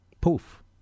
Poof